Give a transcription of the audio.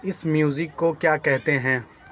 اس music کو کیا کہتے ہیں